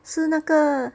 是那个